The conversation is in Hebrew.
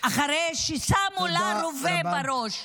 אחרי ששמו לה רובה בראש.